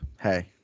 Hey